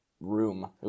room